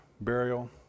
burial